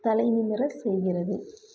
தலை நிமிர செய்கிறது